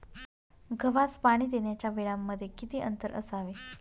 गव्हास पाणी देण्याच्या वेळांमध्ये किती अंतर असावे?